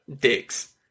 dicks